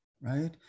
right